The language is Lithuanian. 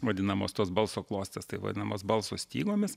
vadinamos tos balso klostės tai vadinamos balso stygomis